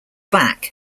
back